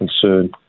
concern